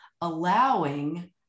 allowing